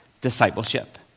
discipleship